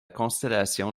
constellation